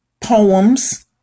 poems